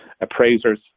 appraisers